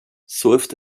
swift